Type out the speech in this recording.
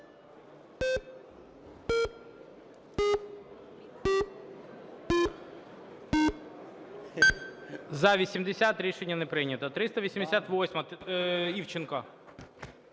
За-80 Рішення не прийнято. 388-а, Івченко.